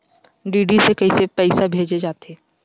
DD से कइसे पईसा भेजे जाथे?